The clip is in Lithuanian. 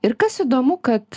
ir kas įdomu kad